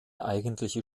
eigentliche